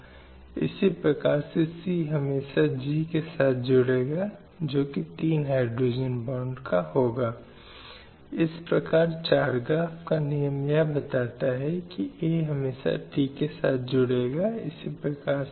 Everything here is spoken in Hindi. और इस तरह के कृत्यों में न केवल अधिनियम का अपराध शामिल है बल्कि किसी भी धमकी किसी भी डराने वाले कार्य या स्वतंत्रता से मनमाने तरीके से वंचित करना भी हिंसा शब्द के दायरे में आता है